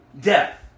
death